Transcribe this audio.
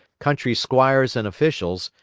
country squires and officials,